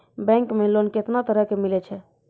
Bank मे loan कैतना तरह के मिलै छै?